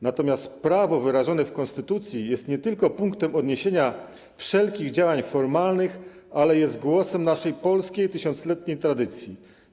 Natomiast prawo wyrażone w Konstytucji jest nie tylko punktem odniesienia wszelkich działań formalnych, ale jest głosem naszej polskiej, tysiącletniej tradycji.